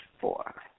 four